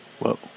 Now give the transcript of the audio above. Whoa